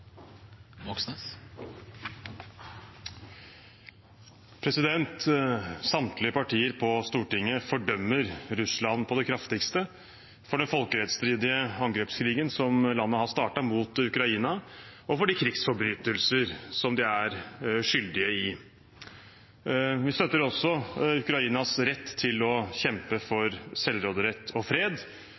Samtlige partier på Stortinget fordømmer Russland på det kraftigste for den folkerettsstridige angrepskrigen som landet har startet mot Ukraina, og for de krigsforbrytelser som de er skyldige i. Vi støtter også Ukrainas rett til å kjempe for selvråderett og fred.